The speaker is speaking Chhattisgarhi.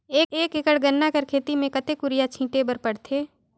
एक एकड़ गन्ना कर खेती म कतेक युरिया छिंटे बर पड़थे?